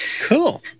Cool